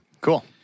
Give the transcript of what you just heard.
Cool